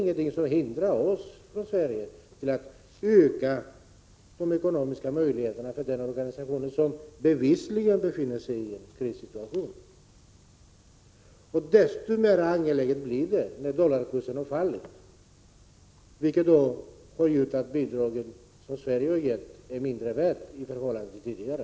Ingenting hindrar oss från att öka de ekonomiska möjligheterna för organisationen, som bevisligen befinner sig i en krissituation. Desto mera angeläget blir det, när dollarkursen har fallit, vilket gjort att Sveriges bidrag blivit mindre värt i förhållande till tidigare.